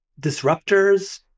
disruptors